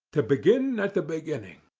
to begin at the beginning.